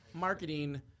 Marketing